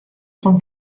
von